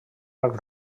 arc